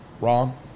Wrong